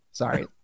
Sorry